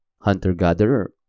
hunter-gatherer